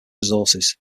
resources